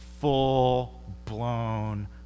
full-blown